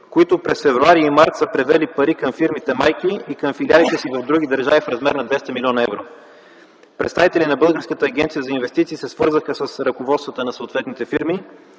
които през м. февруари и март са превели пари към фирмите майки и към филиалите си в други държави в размер на 200 млн. евро. Представители на Българската агенция за инвестиции се свързаха с ръководствата на съответните фирми,